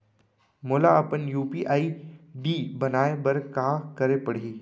मोला अपन UPI ID बनाए बर का करे पड़ही?